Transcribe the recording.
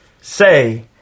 say